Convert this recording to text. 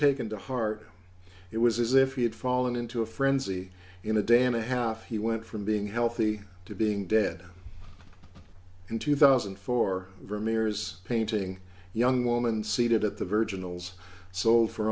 taken to heart it was as if he had fallen into a frenzy in a day in a half he went from being healthy to being dead in two thousand and four vermeer's painting young woman seated at the virginal zz sold for